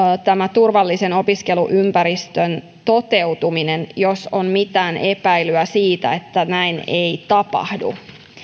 turvallisen opiskeluympäristön toteutuminen jos on mitään epäilyä siitä että näin ei tapahdu